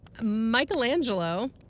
Michelangelo